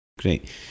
Great